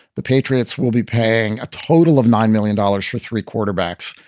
the patriots will be paying a total of nine million dollars for three quarterbacks.